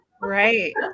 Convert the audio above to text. Right